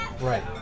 Right